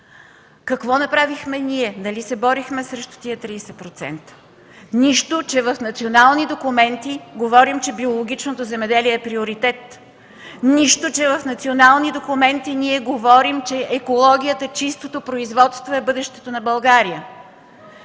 Какво направихме ние? Нали се борихме срещу тези 30%?! Нищо, че в национални документи говорим, че биологичното земеделие е приоритет. Нищо, че в национални документи ние говорим, че екологията, чистото производство е бъдещето на България.